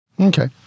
Okay